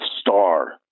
star